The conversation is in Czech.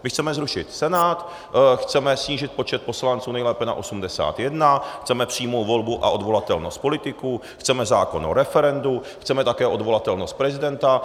My chceme zrušit Senát, chceme snížit počet poslanců nejlépe na 81, chceme přímou volbu a odvolatelnost politiků, chceme zákon o referendu, chceme také odvolatelnost prezidenta.